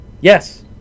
Yes